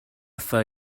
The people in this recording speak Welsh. wrtha